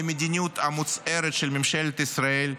למדיניות המוצהרת של ממשלת ישראל,